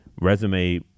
resume